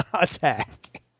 attack